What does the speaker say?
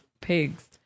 pigs